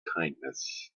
kindness